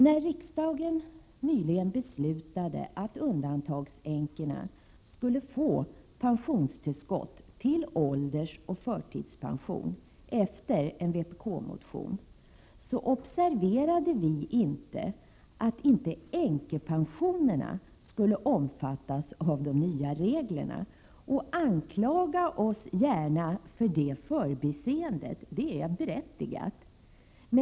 När riksdagen nyligen beslutade att undantagsänkorna skulle få pensionstillskott till åldersoch förtidspension — efter en vpk-motion — så observerade vi inte att änkepensionerna inte skulle omfattas av de nya reglerna. Anklaga oss gärna för det förbiseendet — det är berättigat.